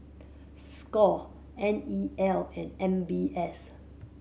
score N E L and M B S